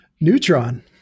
Neutron